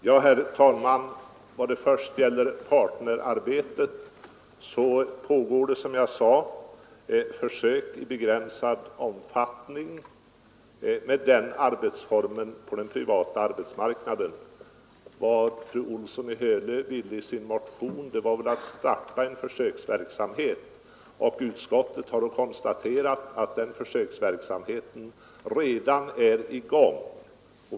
Herr talman! Vad först gäller partnerarbetet pågår det, som jag sagt, försök på den privata arbetsmarknaden i begränsad omfattning med denna arbetsform. Det fru Olsson i Hölö syftade till med sin motion var väl att en försöksverksamhet skulle startas. Utskottet har konstaterat att den försöksverksamheten redan är i gång.